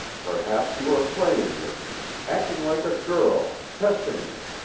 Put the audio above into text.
perhaps you are playing with me, acting like a girl, testing me.